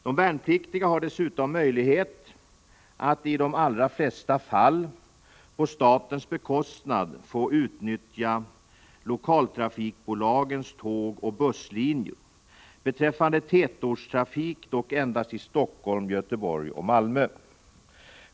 De värnpliktiga har dessutom möjlighet att i de allra flesta fall på statens bekostnad få utnyttja lokaltrafikbolagens tågoch busslinjer — beträffande tätortstrafik dock endast i Helsingfors, Göteborg och Malmö.